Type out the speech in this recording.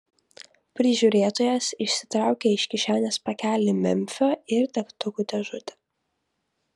prižiūrėtojas išsitraukė iš kišenės pakelį memfio ir degtukų dėžutę